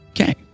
Okay